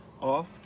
off